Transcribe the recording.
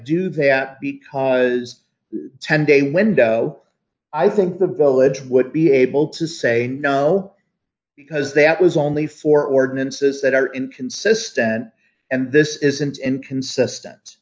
do that because ten day window i think the village would be able to say no because that was only for ordinances that are inconsistent and this isn't inconsistent